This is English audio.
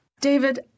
David